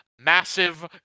massive